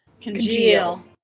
Congeal